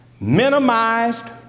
minimized